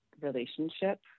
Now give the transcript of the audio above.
relationship